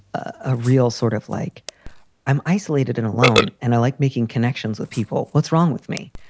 a real sort of like i'm isolated and alone. and i like making connections with people. what's wrong with me?